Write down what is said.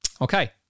Okay